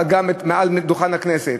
אבל גם מעל דוכן הכנסת,